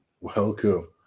welcome